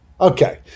Okay